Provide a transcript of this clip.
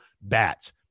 bats